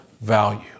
value